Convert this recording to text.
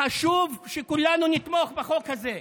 חשוב שכולנו נתמוך בחוק הזה.